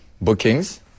bookings